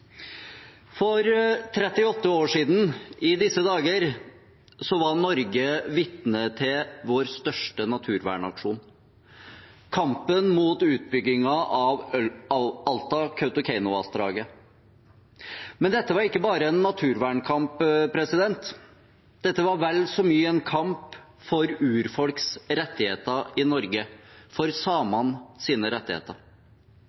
For 38 år siden i disse dager var Norge vitne til vår største naturvernaksjon – kampen mot utbyggingen av Alta–Kautokeino-vassdraget. Men dette var ikke bare en naturvernkamp. Dette var vel så mye en kamp for urfolks rettigheter i Norge, for